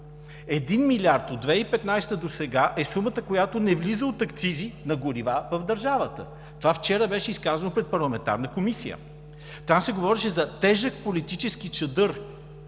1 милиард от 2015 г. досега е сумата, която не влиза от акцизи на горива в държавата. Това вчера беше изказано пред парламентарна комисия. Там се говореше за тежък политически чадър